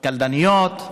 את הקלדניות,